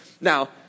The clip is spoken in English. Now